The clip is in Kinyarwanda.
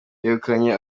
yegukanye